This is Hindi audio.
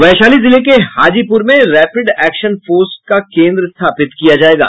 वैशाली जिले के हाजीपुर में रैपिड एक्सन फोर्स का केंद्र स्थापित किया जायेगा